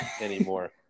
anymore